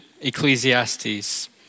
Ecclesiastes